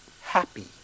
happy